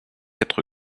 être